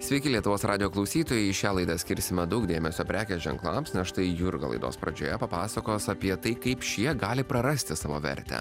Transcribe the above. sveiki lietuvos radijo klausytojai šią laidą skirsime daug dėmesio prekės ženklams na štai jurga laidos pradžioje papasakos apie tai kaip šie gali prarasti savo vertę